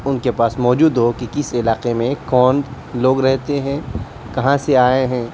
ان کے پاس موجود ہو کہ کس علاقے میں کون لوگ رہتے ہیں کہاں سے آئے ہیں